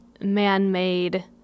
man-made